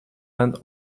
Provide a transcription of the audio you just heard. and